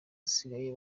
basigaye